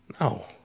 No